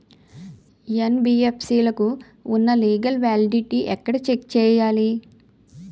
NBFC లకు ఉన్నా legal validity ఎక్కడ చెక్ చేయాలి?